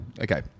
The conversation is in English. Okay